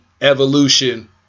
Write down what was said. evolution